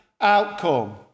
outcome